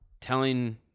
telling